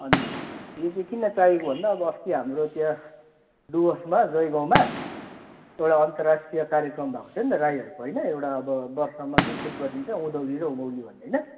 अनि यो चाहिँ किन चाहिएको भन्दा अब अस्ति हाम्रोतिर डुवर्समा जयगाउँमा एउटा अन्तर्राष्ट्रिय कार्यक्रम भएको थियो नि त राईहरूको होइन एउटा अब वर्षमा दुई खेप गरिन्छ उँधौली र उँभौली भन्ने होइन